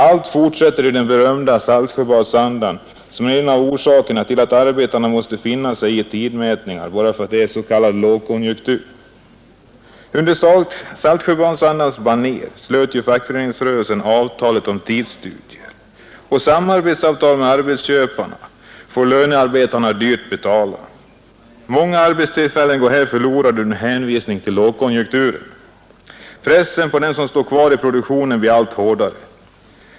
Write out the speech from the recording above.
Allt fortsätter i den berömda Saltsjöbadsandan, som är en av orsakerna till att arbetarna måste finna sig i tidmätningar enbart under hänvisning till att det är en s.k. högkonjunktur. Under Saltsjöbadsandans baner slöt ju fackföreningsrörelsen avtalet om tidsstudier. Samarbetsavtal med arbetsköparna får lönearbetarna dyrt betala. Många arbetstillfällen går nu förlorade under hänvisning till lågkonjunktur. Pressen på dem som står kvar i produktionen blir allt hårdare.